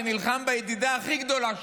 ונלחם בידידה הכי גדולה שלנו,